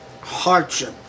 hardship